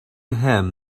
him